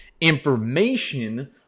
information